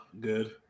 good